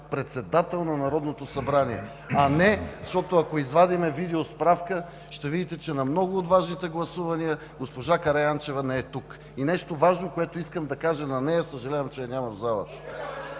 председател на Народното събрание. Защото, ако извадим видеосправка, ще видите, че на много от важните гласувания госпожа Караянчева не е тук. И нещо важно, което искам да кажа на нея, съжалявам, че я няма в залата.